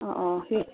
অঁ অঁ সেই